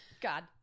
God